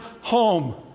home